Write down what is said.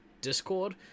discord